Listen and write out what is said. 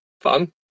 fun